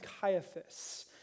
Caiaphas